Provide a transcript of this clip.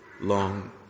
long